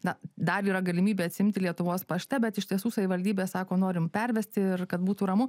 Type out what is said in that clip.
na dar yra galimybė atsiimti lietuvos pašte bet iš tiesų savivaldybė sako norim pervesti ir kad būtų ramu